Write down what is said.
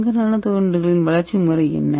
தங்க நானோ தண்டுகளின் வளர்ச்சி வழிமுறை என்ன